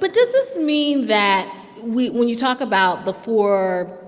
but does this mean that when you talk about the four